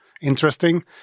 interesting